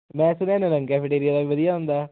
ਮੈਂ ਸੁਣਿਆ ਕੇਫਿਟੇਰੀਆ ਦਾ ਵੀ ਵਧੀਆ ਹੁੰਦਾ